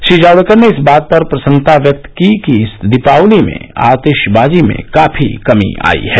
श्री जावड़ेकर ने इस बात पर प्रसन्नता व्यक्त की कि इस दीपावली में आतिशबाजी में काफी कमी आई है